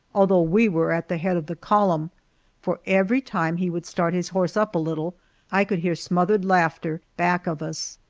although we were at the head of the column for every time he would start his horse up a little i could hear smothered laughter back of us.